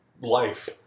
life